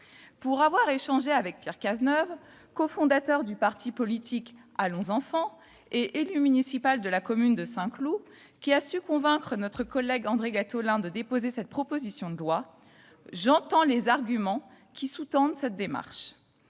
Pour avoir échangé avec Pierre Cazeneuve, cofondateur du parti politique Allons Enfants et élu municipal de la commune de Saint-Cloud, qui a su convaincre notre collègue André Gattolin de déposer cette proposition de loi, j'entends les arguments qui sous-tendent cette démarche.